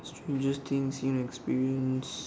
strangest thing seen or experienced